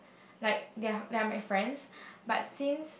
like they're they are my friends but since